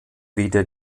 weder